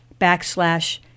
backslash